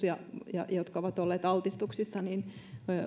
ja ja niiden jotka ovat olleet altistuksissa liikkuminen